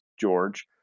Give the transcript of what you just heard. George